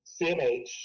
CMH